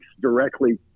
directly